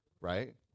Right